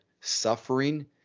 suffering